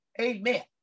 Amen